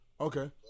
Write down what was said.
Okay